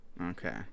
Okay